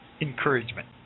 encouragement